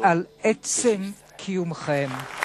עצם קיומכם.